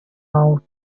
out